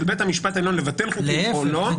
בית המשפט העליון לבטל חוקים או לא -- להיפך,